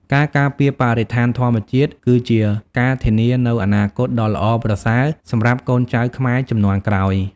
ការការពារបរិស្ថានធម្មជាតិ គឺជាការធានានូវអនាគតដ៏ល្អប្រសើរសម្រាប់កូនចៅខ្មែរជំនាន់ក្រោយ។